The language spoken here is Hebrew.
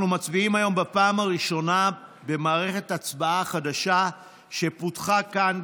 אנחנו מצביעים היום בפעם הראשונה במערכת הצבעה חדשה שפותחה כאן,